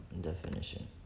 Definition